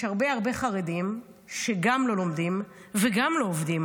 יש הרבה הרבה חרדים שגם לא לומדים וגם לא עובדים.